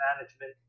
management